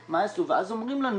ואז אומרים לנו,